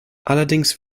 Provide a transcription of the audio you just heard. allerdings